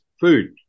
food